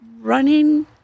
running